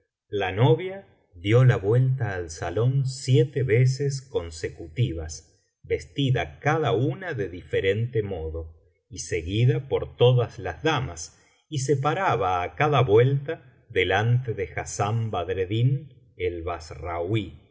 la novia dio la vuelta al salón siete veces con secutivas vestida cada una de diferente modo y seguida por todas las damas y se paraba á cada vuelta delante de hassán badreddin el bassrauí y cada traje